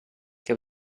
che